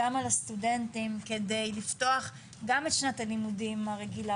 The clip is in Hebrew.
גם על הסטודנטים כדי לפתוח גם את שנת הלימודים הרגילה